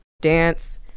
Dance